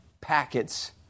packets